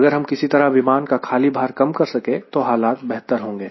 अगर हम किसी तरह विमान का खाली भार कम कर सके तो हालात बेहतर होंगे